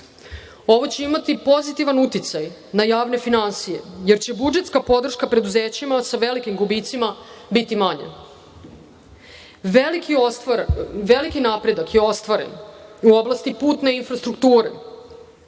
Ovo će imati pozitivan uticaj na javne finansije, jer će budžetska podrška preduzećima sa velikim gubicima biti manja. Veliki napredak je ostvaren u oblasti putne infrastrukture.